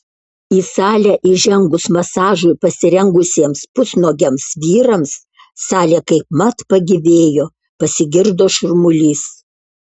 į salę įžengus masažui pasirengusiems pusnuogiams vyrams salė kaipmat pagyvėjo pasigirdo šurmulys